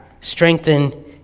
strengthen